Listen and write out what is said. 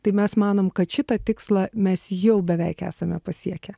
tai mes manom kad šitą tikslą mes jau beveik esame pasiekę